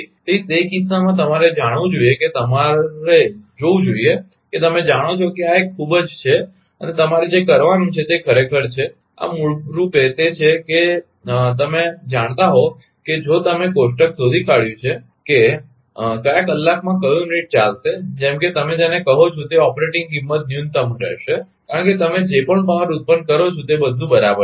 તેથી તે કિસ્સામાં તમારે જાણવું જોઈએ કે તમારે જોવું જોઈએ કે તમે જાણો છો કે આ એક ખૂબ જ છે અને તમારે જે કરવાનું છે તે ખરેખર છે આ મૂળરૂપે તે છે કે તમે જાણતા હોવ કે જો તમે કોષ્ટક શોધી કાઢયું છે કે કયા કલાકમાં ક્યો યુનિટ ચાલશે જેમ કે તમે જેને કહો છો તે ઓપરેટિંગ કિંમત ન્યૂનતમ રહેશે કારણ કે તમે જે પણ પાવર ઉત્પન્ન કરો છો તે બધું બરાબર છે